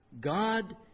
God